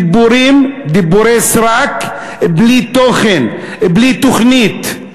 דיבורים, דיבורי סרק בלי תוכן, בלי תוכנית.